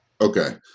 Okay